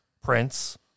Prince